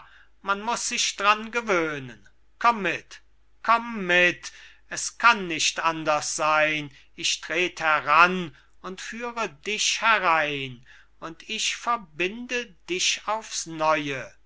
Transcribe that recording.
man muß sich dran gewöhnen komm mit komm mit es kann nicht anders seyn ich tret heran und führe dich herein und ich verbinde dich aufs neue